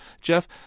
Jeff